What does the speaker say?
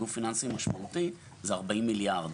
הוא 40 מיליארד ₪,